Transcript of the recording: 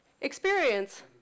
experience